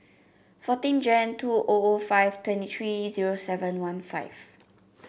fourteen Jan two O O five twenty three zero seven one five